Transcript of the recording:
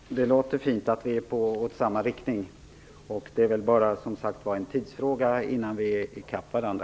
Herr talman! Det låter fint att vi går i samma riktning. Det är kanske bara en tidsfråga innan vi är i kapp varandra.